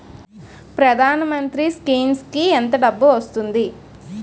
ప్రధాన మంత్రి స్కీమ్స్ కీ ఎంత డబ్బు వస్తుంది?